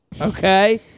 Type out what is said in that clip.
Okay